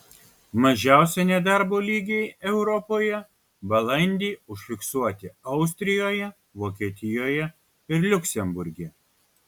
mažiausi nedarbo lygiai europoje balandį užfiksuoti austrijoje vokietijoje ir liuksemburge